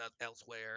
elsewhere